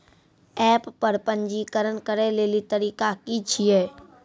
App पर पंजीकरण करै लेली तरीका की छियै?